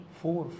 four